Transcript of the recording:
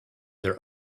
their